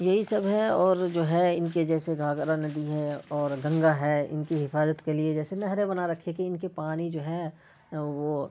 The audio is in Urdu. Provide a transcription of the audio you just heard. یہی سب ہے اور جو ہے ان کی جیسے گھاگھرا ندی ہے اور گنگا ہے ان کی حفاظت کے لیے جیسے نہریں بنا رکھی ہے کہ ان کے پانی جو ہے وہ